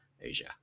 Asia